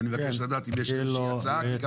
ואני מבקש לדעת אם יש איזה שהיא הצעה.